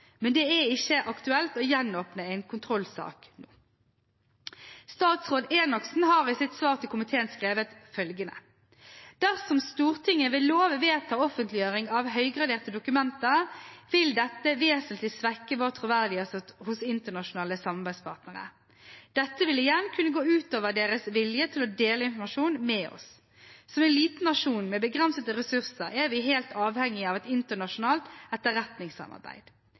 men det er ikke aktuelt å gjenåpne en kontrollsak. Statsråd Enoksen har i sitt svar til komiteen skrevet følgende: «Dersom Stortinget ved lov vedtar offentliggjøring av høygraderte dokumenter, vil dette vesentlig svekke vår troverdighet hos internasjonale samarbeidspartnere. Dette vil igjen kunne gå ut over deres vilje til å dele informasjon med oss. Som en liten nasjon med begrensede ressurser er vi helt avhengige av et internasjonalt etterretningssamarbeid.